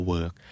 Work